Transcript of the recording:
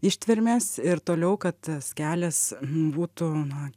ištvermės ir toliau kad tas kelias būtų na